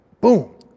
Boom